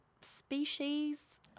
species